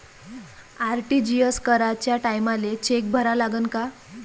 RTGS कराच्या टायमाले cheque भरा लागन का?